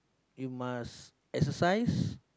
you must exercise